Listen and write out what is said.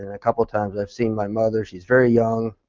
and a couple of times i've seen my mother. she is very young.